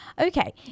okay